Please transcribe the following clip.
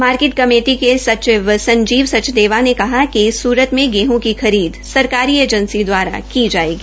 market committee के सचिव संजीच सचदेवा ने कहा कि सूरत में गेहं की खरीद सरकारी एजेसियों दवारा की जायेगी